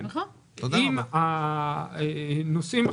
נושאים אחרים,